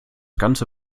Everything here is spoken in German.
ganze